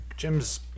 Jim's